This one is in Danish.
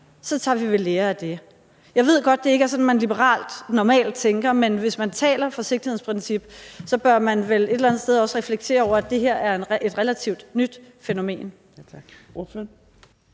så tager vi ved lære af det. Jeg ved godt, at det ikke er sådan, man som liberal normalt tænker, men hvis man taler om et forsigtighedsprincip, bør man vel et eller andet sted også reflektere over, at det her er et relativt nyt fænomen.